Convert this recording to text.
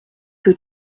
que